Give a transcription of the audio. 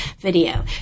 video